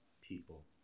people